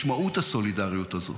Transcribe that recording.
משמעות הסולידריות הזו